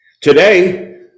Today